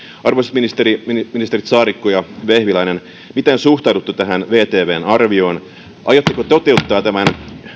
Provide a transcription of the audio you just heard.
arvoisat ministerit saarikko ja vehviläinen miten suhtaudutte tähän vtvn arvioon aiotteko toteuttaa tämän